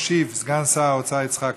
ישיב סגן שר האוצר יצחק כהן,